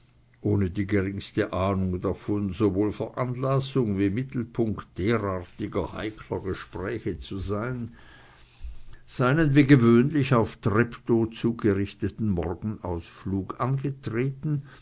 ohne die geringste ahnung davon sowohl veranlassung wie mittelpunkt derartiger heikler gespräche zu sein seinen wie gewöhnlich auf treptow zu gerichteten morgenausflug angetreten